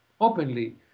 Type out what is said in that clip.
openly